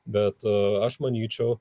bet aš manyčiau